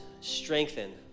strengthen